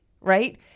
right